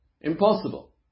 impossible